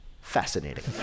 fascinating